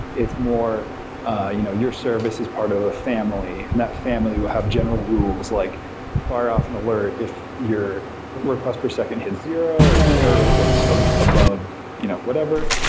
it's more ah you know your service is part of a family, and that family will have general rules, like fire off an alert if you're request per second hits zero or your error rate goes above you know whatever.